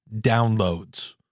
downloads